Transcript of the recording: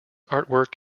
artwork